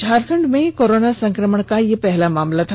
झारखंड में कोरोना संक्रमण का यह पहला मामला था